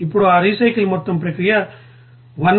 ఇప్పుడు ఆ రీసైకిల్ మొత్తం ప్రక్రియ 1